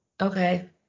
Okay